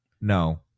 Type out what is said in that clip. no